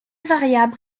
variable